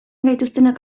gaituztenak